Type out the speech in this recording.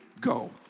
go